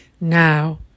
now